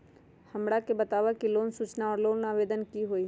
हमरा के बताव कि लोन सूचना और लोन आवेदन की होई?